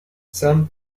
some